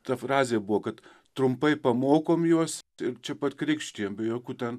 ta frazė buvo kad trumpai pamokom juos ir čia pat krikštijam be jokių ten